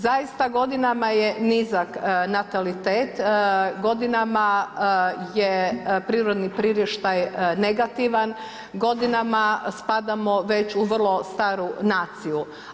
Zaista, godinama je nizak natalitet, godinama je prirodni priraštaj negativan, godinama spadamo već u vrlo staru naciju.